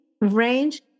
range